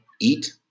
eat